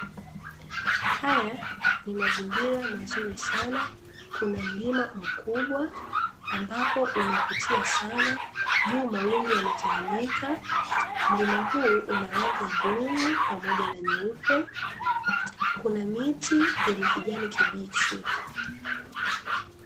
Haya ni mazingira mazuri sana, kuna mlima mkubwa, ambapo unavutia sana, juu mawingu yametawanyika. Mlima huu una rangi ya bluu pamoja na nyeupe, kuna miti yenye kijani kibichi.